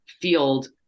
field